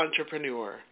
entrepreneur